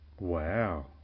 Wow